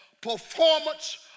performance